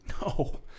No